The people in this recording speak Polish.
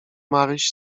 maryś